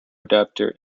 adapter